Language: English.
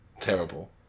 Terrible